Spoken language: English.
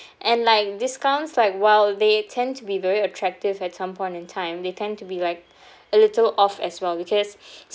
and like discounts like while they tend to be very attractive at some point in time they tend to be like a little off as well because